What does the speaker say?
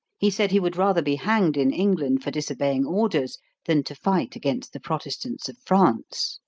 he said he would rather be hanged in england for disobeying orders than to fight against the protestants of france.